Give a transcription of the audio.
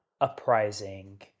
uprising